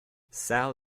sal